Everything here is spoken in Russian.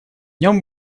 нем